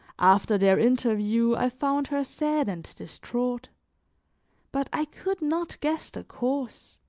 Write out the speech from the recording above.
after their interview, i found her sad and distraught but i could not guess the cause,